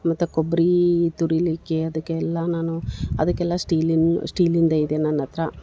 ಮತ್ತು ಕೊಬ್ಬರಿ ತುರಿಲಿಕ್ಕೆ ಅದಕ್ಕೆಲ್ಲ ನಾನು ಅದಕ್ಕೆಲ್ಲ ಸ್ಟೀಲಿನ ಸ್ಟೀಲಿಂದು ಇದೆ ನನ್ನ ಹತ್ರ